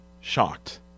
shocked